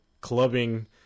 clubbing